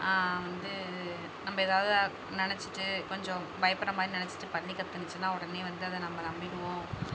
வந்து நம்ம ஏதாவது நினச்சுட்டு கொஞ்சம் பயப்படுற மாதிரி நினச்சிட்டு பல்லி கத்துனுச்சுன்னா உடனே வந்து அதை நம்ம நம்பிடுவோம்